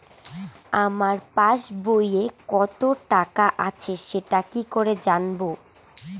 আমার পাসবইয়ে কত টাকা আছে সেটা কি করে জানবো?